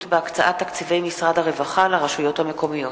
בהקצאת תקציבי משרד הרווחה לרשויות המקומיות,